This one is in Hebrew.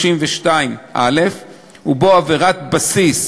332א, ובו עבירת בסיס